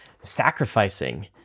sacrificing